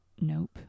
Nope